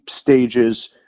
stages